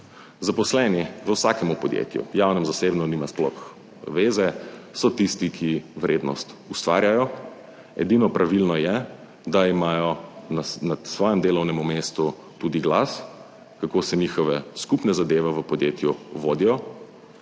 Zaposleni v vsakem podjetju, javnem, zasebno, nima sploh veze, so tisti, ki vrednost ustvarjajo, edino pravilno je, da imajo na svojem delovnem mestu tudi glas, kako se njihove skupne zadeve v podjetju vodijo,